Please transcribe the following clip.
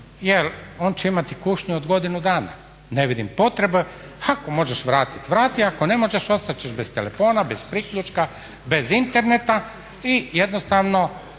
jer on će imati kušnju od godinu dana. Ne vidim potrebe, ako možeš vratiti vrati, ako ne možeš, ostati ćeš bez telefona, bez priključka i bez interneta i jednostavno